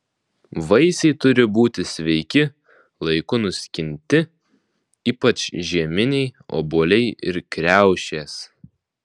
vaisiai turi būti sveiki laiku nuskinti ypač žieminiai obuoliai ir kriaušės